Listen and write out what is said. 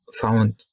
found